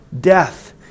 death